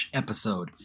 episode